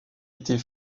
était